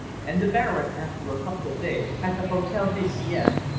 and the baron, after a couple of days at the hotel de sienne,